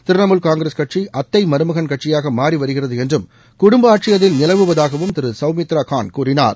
திரிணாமுல் காங்கிரஸ் கட்சி அத்தை மருமகள் கட்சியாக மாறி வருகிறது என்றும் குடும்ப ஆட்சி அதில் நிலவுவதாகவும் திரு சவ்மித்ரா கான் கூறினார்